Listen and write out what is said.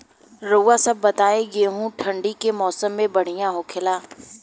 रउआ सभ बताई गेहूँ ठंडी के मौसम में बढ़ियां होखेला?